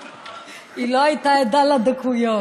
היא לא הייתה ערה לדקויות.